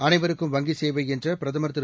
அனைவருக்கும் வங்கிச் சேவை என்ற பிரதமர் திரு